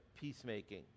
peacemaking